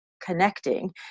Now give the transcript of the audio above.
connecting